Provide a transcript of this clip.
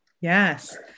yes